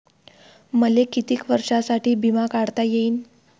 मले कितीक वर्षासाठी बिमा काढता येईन?